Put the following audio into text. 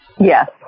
Yes